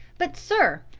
but, sir,